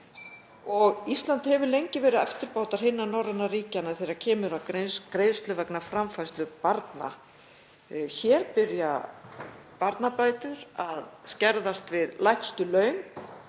Ísland hefur lengi verið eftirbátur hinna norrænu ríkjanna þegar kemur að greiðslum vegna framfærslu barna. Hér byrja barnabætur að skerðast við lægstu laun